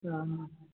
हाँ हाँ